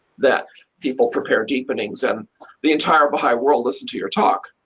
that people prepare deepenings and the entire baha'i world listen to your talk.